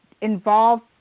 involved